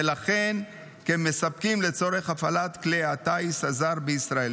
ולכן כמספקים לצורך הפעלת כלי הטיס הזר בישראל.